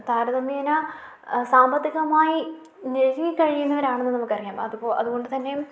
താരതമ്യേന സാമ്പത്തികമായി ഞെരുകിക്കഴിയുന്നവരാണെന്ന് നമുക്കറിയാം അതുകൊണ്ട് തന്നെയും